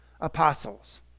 apostles